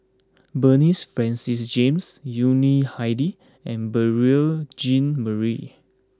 Bernard Francis James Yuni Hadi and Beurel Jean Marie